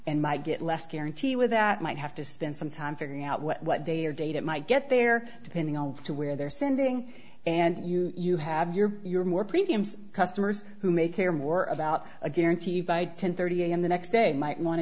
and might get less guarantee with that might have to spend some time figuring out what day or day that might get there depending on to where they're sending and you you have your your more premiums customers who may care more about a guarantee by ten thirty am the next day might want to